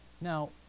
Now